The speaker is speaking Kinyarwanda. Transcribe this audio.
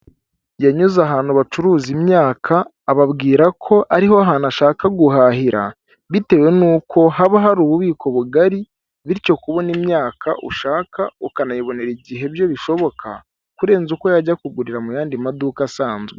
Yanyuze ahantu bacuruza imyaka ababwira ko ariho hantu ashaka guhahira bitewe nuko haba hari ububiko bugari bityo kubona imyaka ushaka ukanayibonera igihe byo bishoboka kurenza uko yajya kugurira mu yandi maduka asanzwe.